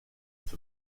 with